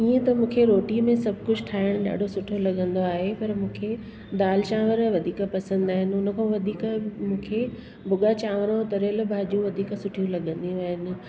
ईअं त मूंखे रोटीअ में सभु कुझु ठाहिण ॾाढो सुठो लॻंदो आहे पर मूंखे दालि चांवर वधीक पसंदि आहिनि उनखां वधीक मूंखे भुॻा चांवर ऐं तरियल भाॼियूं वधीक सुठियूं लॻंदियूं आहिनि